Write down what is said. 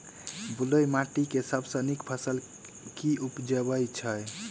बलुई माटि मे सबसँ नीक फसल केँ उबजई छै?